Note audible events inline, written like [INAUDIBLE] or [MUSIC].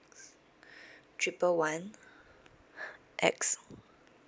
X [BREATH] triple one [BREATH] X [BREATH]